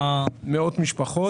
מאות משפחות.